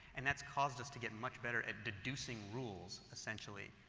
and that's caused us to get much better as deducing rules, essentially